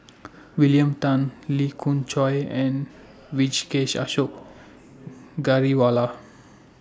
William Tan Lee Khoon Choy and Ashok Ghariwala